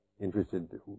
interested